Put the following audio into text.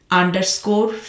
underscore